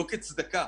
לא כצדקה,